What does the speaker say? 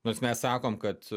nors mes sakom kad